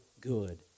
good